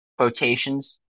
quotations